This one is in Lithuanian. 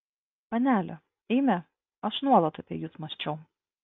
panele eime aš nuolat apie jus mąsčiau